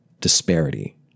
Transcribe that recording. disparity